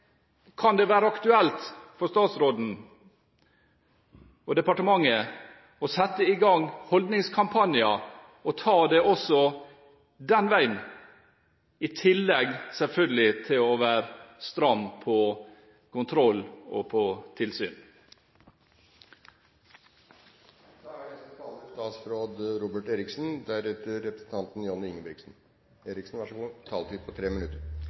Kan det være aktuelt for statsråden og departementet å sette i gang holdningskampanjer og ta det også den veien – selvfølgelig i tillegg til å være stram på kontroll og tilsyn? Det kan jeg svare både raskt og effektivt på.